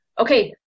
okay